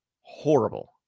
Horrible